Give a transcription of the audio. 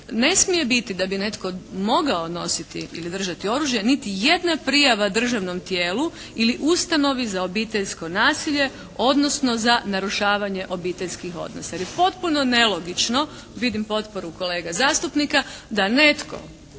“ne smije biti da bi netko mogao nositi ili držati oružje niti jedna prijava državnom tijelu ili ustanovi za obiteljsko nasilje, odnosno za narušavanje obiteljskih odnosa“. Jer je potpuno nelogično, vidim potporu kolega zastupnika, da netko